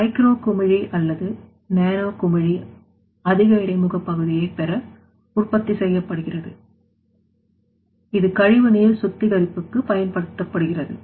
micro குமிழி அல்லது nano குமிழி அதிக இடைமுக பகுதியை பெற உற்பத்தி செய்யப்படுகிறது இது கழிவுநீர் சுத்திகரிப்புக்கு பயன்படுத்தப்படுகிறது